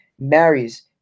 marries